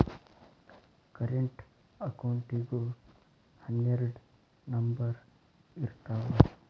current ಅಕೌಂಟಿಗೂ ಹನ್ನೆರಡ್ number ಇರ್ತಾವ